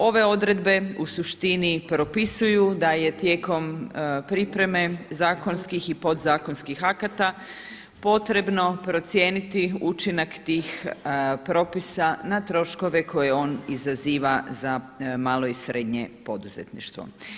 Ove odredbe u suštini propisuje da je tijekom pripreme zakonskih i podzakonskih akata potrebno procijeniti učinak tih propisa na troškove koje je on izaziva za malo i srednje poduzetništvo.